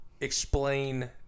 explain